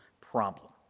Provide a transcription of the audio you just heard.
problem